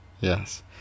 yes